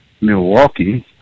Milwaukee